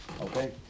Okay